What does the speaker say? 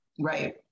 Right